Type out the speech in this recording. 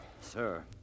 Sir